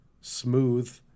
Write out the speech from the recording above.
smooth